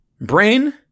brain